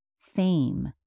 fame